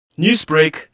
Newsbreak